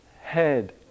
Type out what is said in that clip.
head